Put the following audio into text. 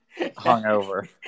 hungover